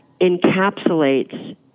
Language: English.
encapsulates